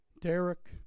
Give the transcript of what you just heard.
Derek